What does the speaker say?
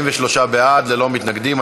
43 בעד, ללא מתנגדים.